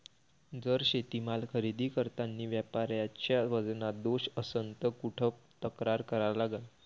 जर शेतीमाल खरेदी करतांनी व्यापाऱ्याच्या वजनात दोष असन त कुठ तक्रार करा लागन?